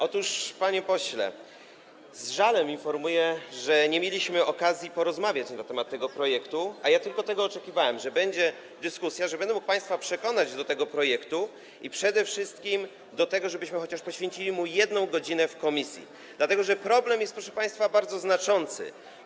Otóż, panie pośle, z żalem informuję, że nie mieliśmy okazji porozmawiać na temat tego projektu, a ja oczekiwałem tylko tego, że będzie dyskusja, że będę mógł państwa przekonać do tego projektu i przede wszystkim do tego, żebyśmy poświęcili mu chociaż godzinę w komisji, dlatego że problem jest, proszę państwa, bardzo znaczący.